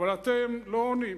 אבל אתם לא עונים,